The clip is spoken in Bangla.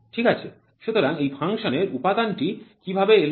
সুতরাং এই ফাংশনের উপাদান টি কীভাবে এলো